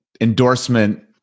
endorsement